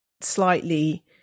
slightly